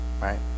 Right